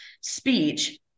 speech